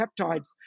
peptides